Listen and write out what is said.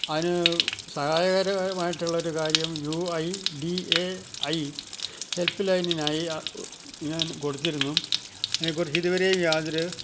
അതിന് സഹായകരകരമായിട്ടുള്ളൊരു കാര്യം U I D A I help ലൈനിനായി ഞാൻ കൊടുത്തിരുന്നു അതിനെ കുറിച്ചിതുവരേം യാതൊരു